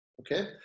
Okay